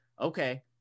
okay